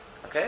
Okay